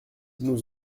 nous